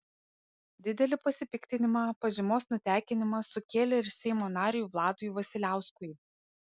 didelį pasipiktinimą pažymos nutekinimas sukėlė ir seimo nariui vladui vasiliauskui